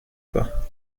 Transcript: pas